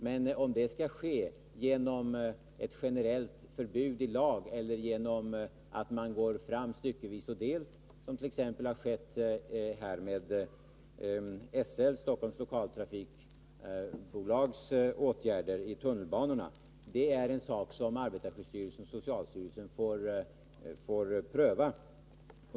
Men om detta skall ske genom ett generellt förbud i lag eller genom att man går fram styckevis och delt, som t.ex. har skett genom Storstockholms Lokaltrafiks åtgärder i tunnelbanorna är något som arbetarskyddsstyrelsen och socialstyrelsen får pröva.